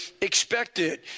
expected